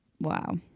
Wow